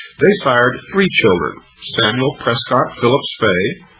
they sired three children samuel prescott phillips fay,